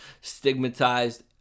stigmatized